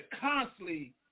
constantly